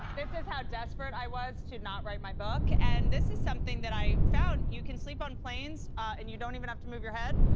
this is how desperate i was to not write my back and this is something that i found, you can sleep on planes and you don't even have to move your head.